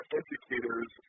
educators